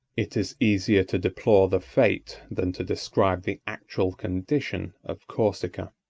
it is easier to deplore the fate than to describe the actual condition, of corsica.